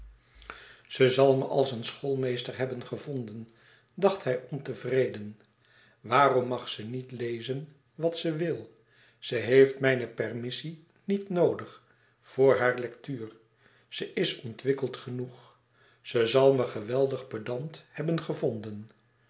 ze zal me als een schoolmeester hebben gevonden dacht hij ontevreden waarom mag ze niet lezen wat ze wil ze heeft mijne permissie niet noodig voor haar lectuur ze is ontwikkeld genoeg ze zal me geweldig pedant hebben gevonden